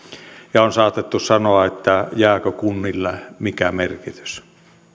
ja on saatettu kysyä jääkö kunnille mikä merkitys